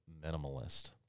minimalist